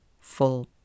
full